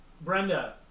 Brenda